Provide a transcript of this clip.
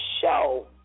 show